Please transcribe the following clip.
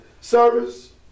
service